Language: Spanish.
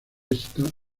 esta